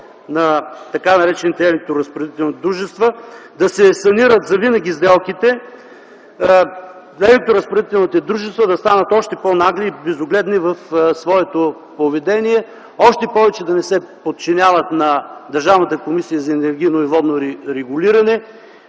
на така наречените електроразпределителни дружества, да се санират завинаги сделките, електроразпределителните дружества да станат още по-нагли и безогледни в своето поведение, още повече да не се подчиняват на Държавната комисия за енергийно и водно регулиране